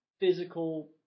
physical